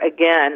again